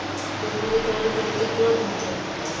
बीमा के कार्यकाल कितना होते?